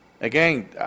Again